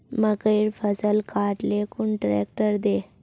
मकईर फसल काट ले कुन ट्रेक्टर दे?